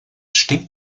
stinkt